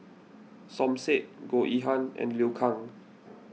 Som Said Goh Yihan and Liu Kang